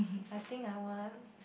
I think I want